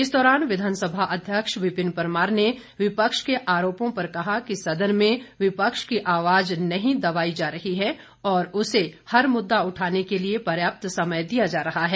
इस दौरान विधानसभा अध्यक्ष विपिन परमार ने विपक्ष के आरोपों पर कहा कि सदन में विपक्ष की आवाज नहीं दबाई जा रही है और उसे हर मुद्दा उठाने के लिए पर्याप्त समय दिया जा रहा है